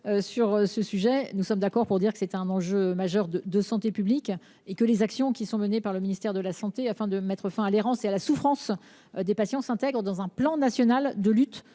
Doineau… Nous sommes d’accord pour dire qu’il s’agit d’un enjeu majeur de santé publique. Les actions menées par le ministère de la santé afin de mettre fin à l’errance et à la souffrance des patients s’intègrent dans un plan national de lutte